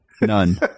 none